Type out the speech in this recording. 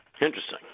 Interesting